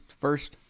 first